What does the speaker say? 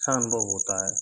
अच्छा अनुभव होता है